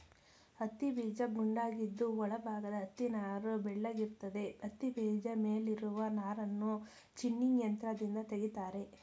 ಹತ್ತಿಬೀಜ ಗುಂಡಾಗಿದ್ದು ಒಳ ಭಾಗದ ಹತ್ತಿನಾರು ಬೆಳ್ಳಗಿರ್ತದೆ ಹತ್ತಿಬೀಜ ಮೇಲಿರುವ ನಾರನ್ನು ಜಿನ್ನಿಂಗ್ ಯಂತ್ರದಿಂದ ತೆಗಿತಾರೆ